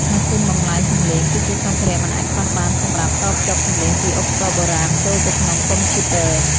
ម៉ាស៊ីនបំប្លែងសំឡេង គឺជាសម្ភារៈមិនអាចខ្វះបានសម្រាប់តភ្ជាប់សំឡេងពីឧបករណ៍បុរាណចូលទៅក្នុងកុំព្យូទ័រ។